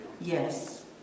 yes